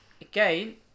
again